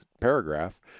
paragraph